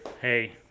Hey